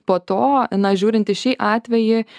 po to na žiūrint į šį atvejį